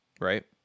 Right